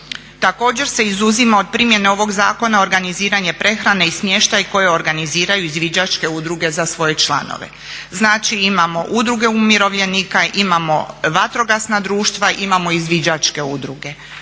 Također se izuzima od primjene ovog zakona organiziranje prehrane i smještaj koji organiziraju izvađačke udruge za svoje članove. Znači, imamo udruge umirovljenika, imamo vatrogasna društva, imamo izviđačke udruge.